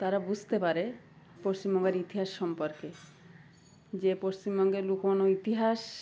তারা বুঝতে পারে পশ্চিমবঙ্গের ইতিহাস সম্পর্কে যে পশ্চিমবঙ্গের লুকনো ইতিহাস